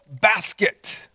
basket